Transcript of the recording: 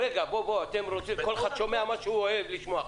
כל אחד שומע מה שהוא אוהב לשמוע.